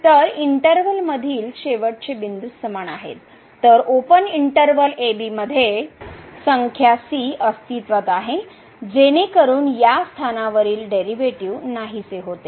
तर इंटर्वल मधील शेवटचे बिंदू समान आहेत तर ओपन इंटर्वल ab मध्ये संख्या c अस्तित्त्वात आहे जेणेकरून या स्थानावरील डेरीवेटीव नाहीसे होते